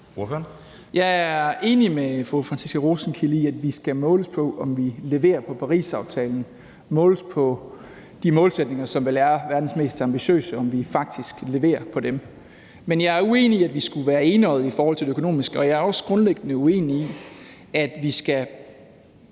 er enig med fru Franciska Rosenkilde i, at vi skal måles på, om vi leverer på Parisaftalen, og at vi skal måles på, om vi faktisk leverer på de målsætninger, som vel er verdens mest ambitiøse. Men jeg er uenig i, at vi skulle være enøjede i forhold til det økonomiske, og jeg er også grundlæggende uenig i, at vi skal